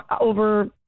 over